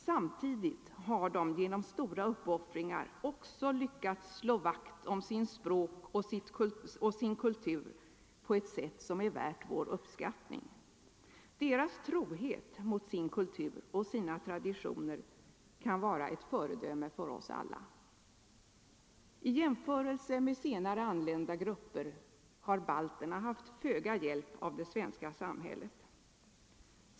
Samtidigt har de genom stora uppoffringar också lyckats slå vakt om sitt språk och sin kultur på ett sätt som är värt vår uppskattning. Deras trohet mot sin kultur och sina traditioner kan vara ett föredöme för oss alla. I jämförelse med senare anlända grupper har balterna haft föga hjälp av det svenska samhället.